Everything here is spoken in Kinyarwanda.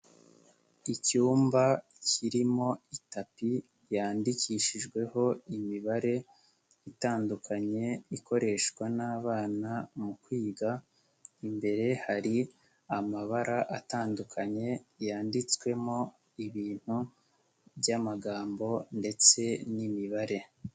Icyumba kirimo itapi yandikishijweho imibare itandukanye ikoreshwa n'abana mu kwiga, imbere hari amabara atandukanye, yanditswemo ibintu by'amagambo ndetse n'imibare.